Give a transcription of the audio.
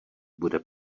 bude